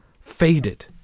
faded